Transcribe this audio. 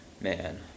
Man